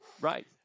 Right